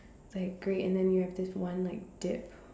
like great and then you have this one like death